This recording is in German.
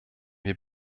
wir